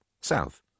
South